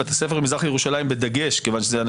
בתי ספר במזרח ירושלים בדגש,